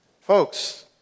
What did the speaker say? Folks